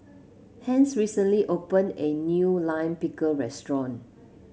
Hence recently opened a new Lime Pickle restaurant